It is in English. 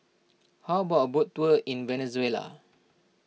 how about a boat tour in Venezuela